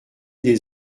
des